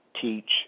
teach